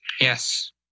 Yes